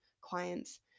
clients